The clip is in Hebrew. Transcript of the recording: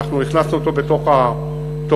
אנחנו הכנסנו אותו בתוך התוכניות.